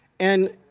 and,